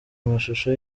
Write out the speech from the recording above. amashusho